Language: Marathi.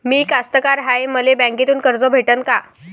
मी कास्तकार हाय, मले बँकेतून कर्ज भेटन का?